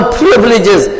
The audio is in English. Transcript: privileges